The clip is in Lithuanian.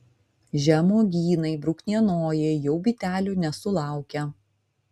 žemuogynai bruknienojai jau bitelių nesulaukia